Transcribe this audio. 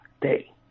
day